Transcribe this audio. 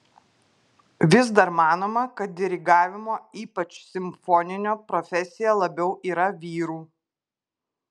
vis dar manoma kad dirigavimo ypač simfoninio profesija labiau yra vyrų